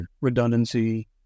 redundancy